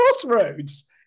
crossroads